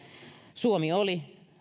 suomi oli